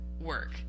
work